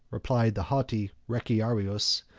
replied the haughty rechiarius,